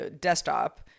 desktop